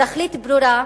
תכלית ברורה,